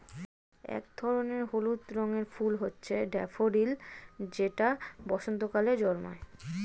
এক ধরনের হলুদ রঙের ফুল হচ্ছে ড্যাফোডিল যেটা বসন্তকালে জন্মায়